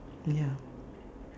ya